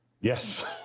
Yes